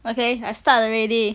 okay I start already